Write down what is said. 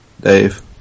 Dave